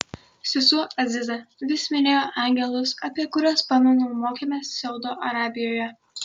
sesuo aziza vis minėjo angelus apie kuriuos pamenu mokėmės saudo arabijoje